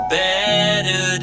better